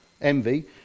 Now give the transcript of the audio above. envy